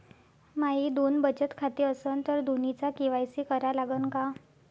माये दोन बचत खाते असन तर दोन्हीचा के.वाय.सी करा लागन का?